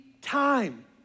time